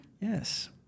Yes